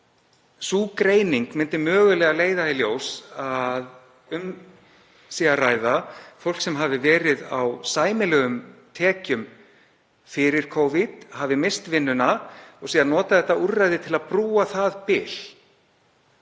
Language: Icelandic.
Sú greining myndi mögulega leiða í ljós að um sé að ræða fólk sem hafi verið á sæmilegum tekjum fyrir Covid, hafi misst vinnunna og notað þetta úrræði til að brúa það bil.